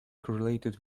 correlated